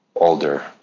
older